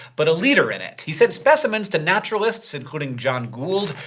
but a leader in it. he sent specimens to naturalists including john gould,